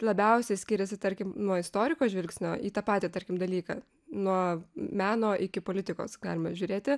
labiausiai skiriasi tarkim nuo istoriko žvilgsnio į tą patį tarkim dalyką nuo meno iki politikos galima žiūrėti